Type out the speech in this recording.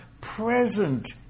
present